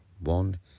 one